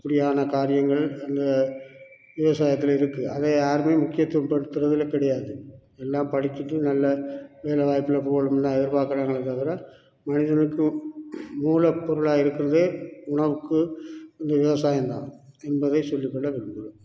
அப்படியான காரியங்கள் அந்த விவசாயத்தில் இருக்குது அதை யாரும் முக்கியத்துவம் கொடுத்துறதுலே கிடையாது எல்லாம் படிச்சசுட்டு நல்ல வேலை வாய்ப்பில் போகணும்னு எதிர்பாக்கிறாங்களே தவிர மனிதர்களுக்கு மூலப்பொருளாக இருக்கிறதே உணவுக்கு இந்த விவசாயம் தான் என்பதை சொல்லிக் கொள்ள விரும்புகிறேன்